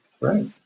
Right